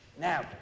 Now